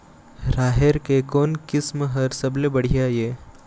राहेर के कोन किस्म हर सबले बढ़िया ये?